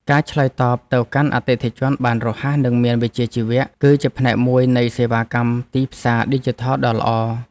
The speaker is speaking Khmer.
ការឆ្លើយតបទៅកាន់អតិថិជនបានរហ័សនិងមានវិជ្ជាជីវៈ គឺជាផ្នែកមួយនៃសេវាកម្មទីផ្សារឌីជីថលដ៏ល្អ។